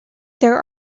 there